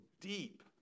deep